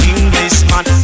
Englishman